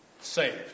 Saved